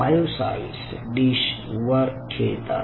myocytes dish वर खेळतात